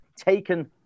taken